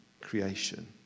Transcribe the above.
creation